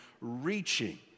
reaching